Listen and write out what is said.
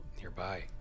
nearby